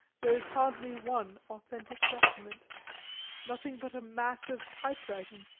there is hardly one authentic document nothing but a mass of typewriting,